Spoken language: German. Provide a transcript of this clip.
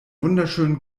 wunderschönen